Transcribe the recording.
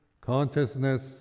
consciousness